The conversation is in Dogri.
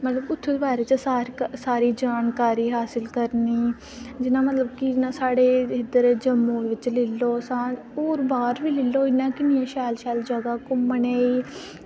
मतलब उत्थें दे बारै च सारी जानकारी हासल करनी ते साढ़े इ'यां इद्धर जम्मू दे बिच लेई लाओ होर थाह्र बी लेई लाओ की किन्नी शैल शैल जगह न घुम्मनै ई